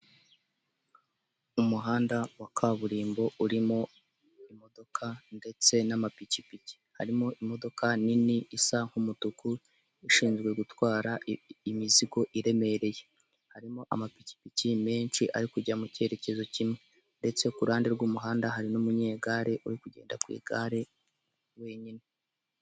Umuhanda wa kaburimbo urimo imodoka ndetse n'amapikipiki, harimo imodoka nini isa nk'umutuku, ishinzwe gutwara imizigo iremereye, harimo amapikipiki menshi ari kujya mu cyerekezo kimwe ndetse ku ruhande rw'umuhanda hari n'umunyegare uri kugenda ku igare wenyine.